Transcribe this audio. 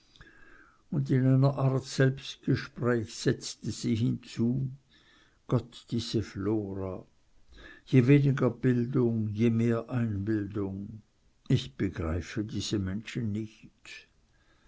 und in einer art selbstgespräch setzte sie hinzu gott diese flora je weniger bildung je mehr einbildung ich begreife diese menschen nich